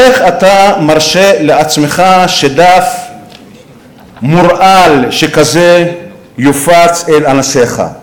איך אתה מרשה לעצמך שדף מורעל שכזה יופץ אל אנשיך?